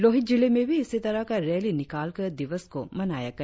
लोहित जिले में भी इसी तरह का रैली निकालकर दिवस को मनाया गया